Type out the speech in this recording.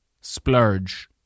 splurge